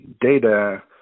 data